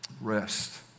Rest